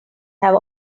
have